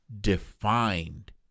defined